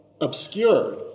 obscured